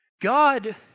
God